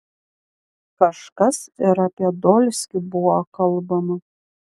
kažkas ir apie dolskį buvo kalbama